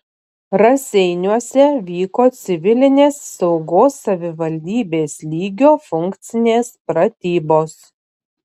raseiniuose vyko civilinės saugos savivaldybės lygio funkcinės pratybos